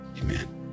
Amen